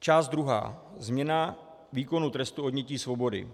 Část druhá Změna výkonu trestu odnětí svobody.